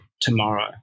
tomorrow